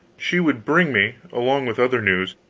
she would bring me, along with other news,